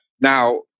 Now